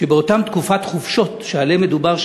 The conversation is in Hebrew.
באותה תקופת חופשות שעליה מדובר,